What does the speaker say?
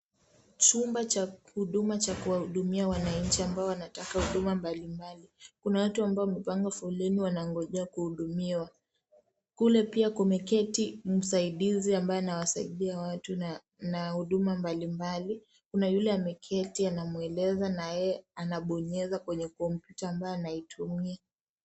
Chumba cha huduma cha kuwahudumia wananchi ambao wanataka huduma mbali mbali. Kuna watu ambao wamepanga foleni wanangojea kuhudumiwa. Kule pia kumeketi msaidizi ambaye anawasaidia watu na na huduma mbali mbali, kuna yule ameketi anamweleza na yeye anabonyeza kwenye kompiuta anayoitumia.